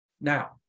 Now